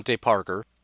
parker